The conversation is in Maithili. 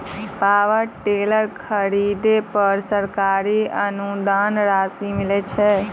पावर टेलर खरीदे पर सरकारी अनुदान राशि मिलय छैय?